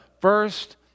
first